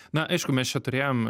na aišku mes čia turėjom